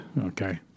Okay